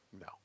no